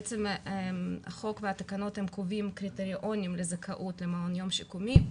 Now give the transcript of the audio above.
בעצם החוק והתקנות הם קובעים קריטריונים למעון יום שיקומי,